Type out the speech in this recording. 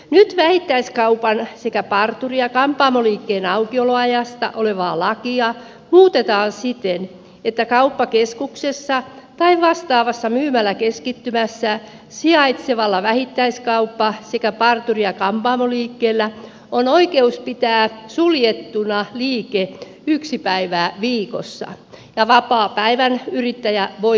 nyt vähittäiskaupan sekä parturi ja kampaamoliikkeen aukioloajasta olevaa lakia muutetaan siten että kauppakeskuksessa tai vastaavassa myymäläkeskittymässä sijaitsevalla vähittäiskauppa sekä parturi ja kampaamoliikkeellä on oikeus pitää liike suljettuna yksi päivä viikossa ja vapaapäivän yrittäjä voi valita itse